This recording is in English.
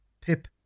Pip